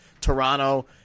Toronto